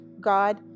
God